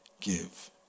give